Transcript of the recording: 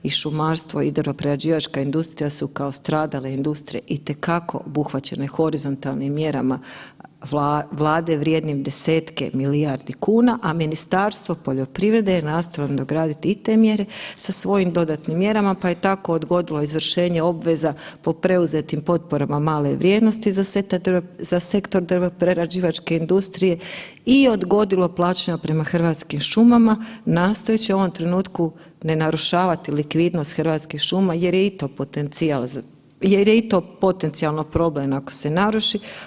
I šumarstvo i drvoprerađivačka industrija su kao stradale industrije su itekako obuhvaćene horizontalnim mjerama Vlade vrijednim desetke milijardi kuna, a Ministarstvo poljoprivrede nastojalo nadograditi i te mjere sa svojim dodatnim mjerama, pa je tako odgodilo izvršenje obveze po preuzetim potporama male vrijednosti za sektor drvoprerađivačke industrije i odgodilo plaćanja prema Hrvatskim šumama nastojeći u ovom trenutku ne narušavati likvidnost Hrvatskih šuma jer je i to potencijalno problem ako se naruši.